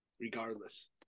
regardless